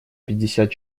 пятьдесят